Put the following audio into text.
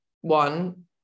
one